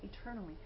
eternally